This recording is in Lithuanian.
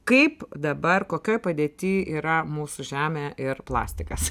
kaip dabar kokioj padėty yra mūsų žemė ir plastikas